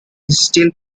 still